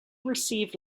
received